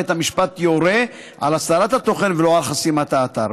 בית המשפט יורה על הסרת התוכן ולא על חסימת האתר.